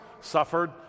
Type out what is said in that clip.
suffered